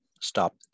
stop